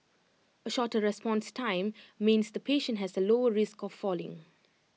A shorter response time means the patient has A lower risk of falling